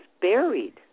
buried